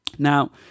Now